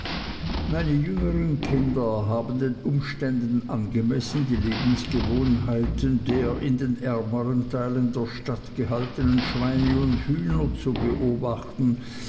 meine jüngern kinder haben den umständen angemessen die lebensgewohnheiten der in den ärmern teilen der stadt gehaltenen schweine und hühner zu beobachten